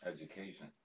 Education